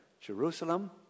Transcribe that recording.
Jerusalem